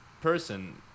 person